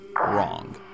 Wrong